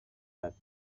مشخصه